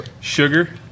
sugar